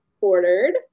ordered